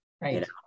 Right